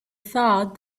thought